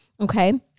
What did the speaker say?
Okay